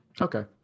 Okay